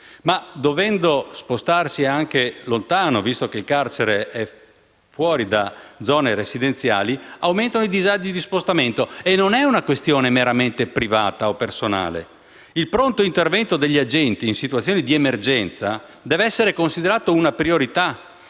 ma dovendo spostarsi anche lontano, visto che il carcere è fuori dalle zone residenziali, aumentano i disagi di spostamento e non è una questione meramente privata o personale. Il pronto intervento degli agenti, in situazioni di emergenza, deve essere considerato una priorità.